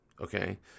Okay